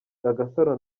agasaro